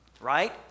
right